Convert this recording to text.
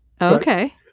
Okay